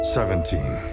Seventeen